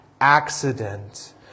accident